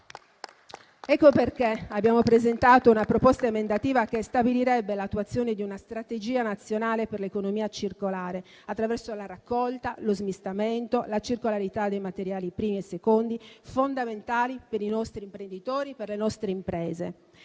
Ecco perché abbiamo presentato una proposta emendativa che stabilirebbe l'attuazione di una strategia nazionale per l'economia circolare, attraverso la raccolta, lo smistamento, la circolarità dei materiali primi e secondi, fondamentali per i nostri imprenditori, per le nostre imprese.